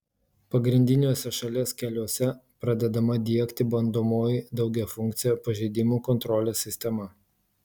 pagrindiniuose šalies keliuose pradedama diegti bandomoji daugiafunkcė pažeidimų kontrolės sistema